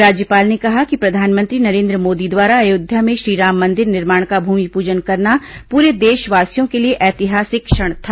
राज्यपाल ने कहा कि प्रधानमंत्री नरेन्द्र मोदी द्वारा अयोध्या में श्रीराम मंदिर निर्माण का भूमिपूजन करना पूरे देशवासियों के लिए ऐतिहासिक क्षण था